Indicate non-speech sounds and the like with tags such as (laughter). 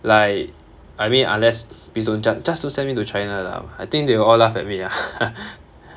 like I mean unless please don't jus~ just don't send me to china lah I think they will all laugh at me (laughs)